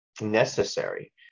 necessary